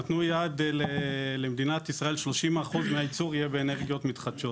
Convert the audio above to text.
נתנו יד למדינת ישראל 30% מהייצור יהיה באנרגיות מתחדשות.